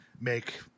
make